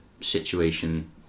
situation